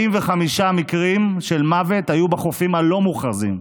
45 מקרים של מוות היו בחופים הלא-מוכרזים,